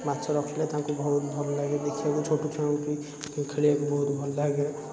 ମାଛ ରଖିଲେ ତାଙ୍କୁ ବହୁତ ଭଲଲାଗେ ଦେଖିବାକୁ ଛୋଟ ଛୁଆଙ୍କୁ ବି ଖେଳିବାକୁ ବହୁତ ଭଲଲାଗେ